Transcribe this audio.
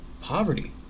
poverty